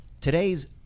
Today's